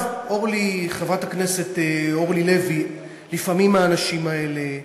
חברת הכנסת אורלי לוי, לפעמים האנשים האלה,